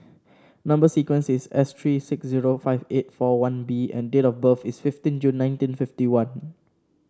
number sequence is S three six zero five eight four one B and date of birth is fifteen June nineteen fifty one